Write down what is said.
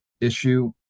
issue